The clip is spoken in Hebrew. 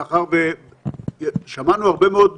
מאחר ששמענו הרבה מאוד גופים,